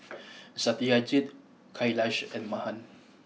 Satyajit Kailash and Mahan